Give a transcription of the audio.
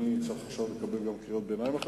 אני צריך עכשיו לקבל גם קריאות ביניים?